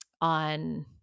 on